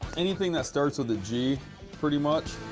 anything that starts with a g pretty much.